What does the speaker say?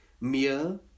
mere